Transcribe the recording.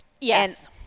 Yes